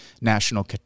national